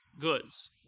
goods